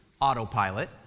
autopilot